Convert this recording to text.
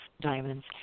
diamonds